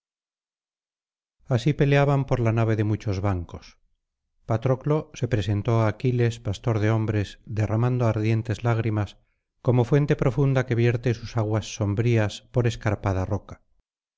así peleaban por la nave de muchos bancos patroclo se presentó á aquiles pastor de hombres derramando ardientes lágrimas como fuente profunda que vierte sus aguas sombrías por escarpada roca